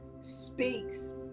speaks